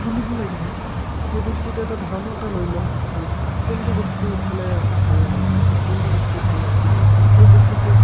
তুলিব লাগিব সেই বস্তুটো এটা ধাৰণা এটা লৈ লওঁ যে কোনটো বস্তু উঠালে ভাল লাগিব এটা কোনটো বস্তু উঠালে কি লাগিব এই বস্তুটোৱে